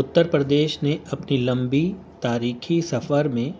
اتر پردیش نے اپنی لمبی تاریخی سفر میں